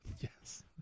Yes